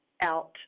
out